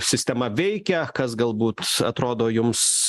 sistema veikia kas galbūt atrodo jums